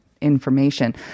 information